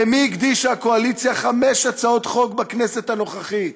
למי הקדישה הקואליציה חמש הצעות חוק בכנסת הנוכחית?